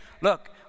look